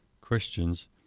Christians